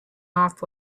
off